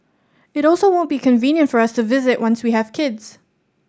it also won't be convenient for us to visit once we have kids